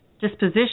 disposition